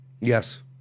Yes